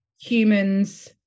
humans